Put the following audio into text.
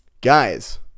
Guys